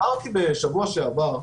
דיברתי בשבוע שעבר,